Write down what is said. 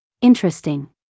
Interesting